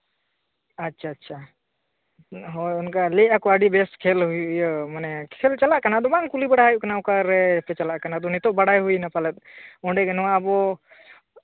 ᱟᱪᱪᱷᱟ ᱟᱪᱪᱷᱟ ᱦᱳᱭ ᱚᱱᱠᱟ ᱞᱟᱹᱭᱮᱫᱟ ᱠᱚ ᱟᱹᱰᱤ ᱵᱮᱥ ᱠᱷᱮᱞ ᱤᱭᱟᱹ ᱢᱟᱱᱮ ᱠᱷᱮᱞ ᱪᱟᱞᱟᱜ ᱠᱟᱱᱟ ᱟᱫᱚ ᱵᱟᱝ ᱠᱩᱞᱤ ᱵᱟᱲᱟ ᱦᱩᱭᱩᱜ ᱠᱟᱱᱟ ᱚᱠᱟ ᱨᱮᱯᱮ ᱪᱟᱞᱟᱜ ᱠᱟᱱᱟ ᱟᱫᱚ ᱱᱤᱛᱚᱜ ᱵᱟᱲᱟᱭ ᱦᱩᱭᱮᱱᱟ ᱯᱟᱞᱮᱫ ᱚᱸᱰᱮᱜᱮ ᱱᱚᱣᱟ ᱟᱵᱚ